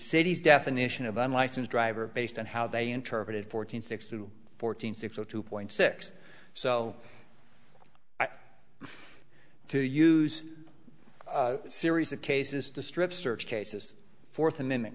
city's definition of unlicensed driver based on how they interpret it fourteen six to fourteen six zero two point six so i have to use a series of cases to strip search cases fourth amendment